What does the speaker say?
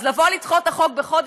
אז לדחות את החוק בחודש?